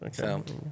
Okay